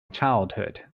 childhood